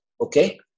okay